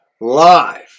live